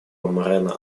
морено